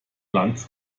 land